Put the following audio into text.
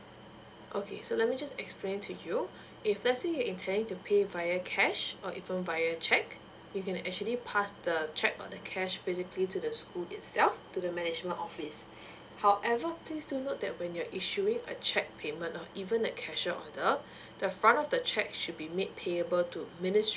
okay so let me just explain to you if let's say you intending to pay via cash or even via cheque you can actually pass the cheque or the cash physically to the school itself to the management office however please do note that when you're issuing a check payment uh even the cashier's order the front of the check should be made payable to ministry